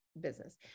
business